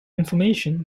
information